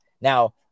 Now